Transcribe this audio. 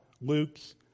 Luke's